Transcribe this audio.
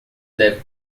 deve